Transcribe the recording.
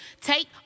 take